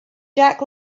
jack